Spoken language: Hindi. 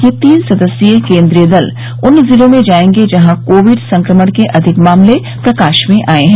ये तीन सदस्यीय केन्द्रीय दल उन जिलों में जायेंगे जहां कोविड संक्रमण के अधिक मामले प्रकाश में आये हैं